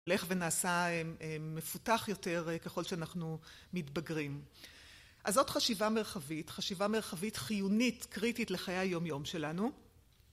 הלך ונעשה מפותח יותר ככל שאנחנו מתבגרים. אז זאת חשיבה מרחבית, חשיבה מרחבית חיונית, קריטית לחיי היום-יום שלנו.